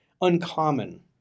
uncommon